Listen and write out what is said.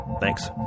Thanks